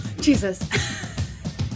Jesus